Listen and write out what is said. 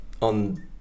on